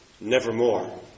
Nevermore